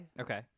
Okay